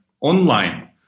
online